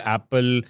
Apple